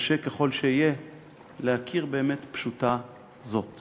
קשה ככל שיהיה להכיר באמת פשוטה זאת.